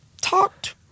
talked